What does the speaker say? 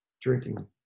drinking